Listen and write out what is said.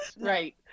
Right